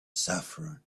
saffron